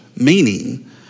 meaning